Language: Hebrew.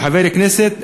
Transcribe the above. חבר כנסת,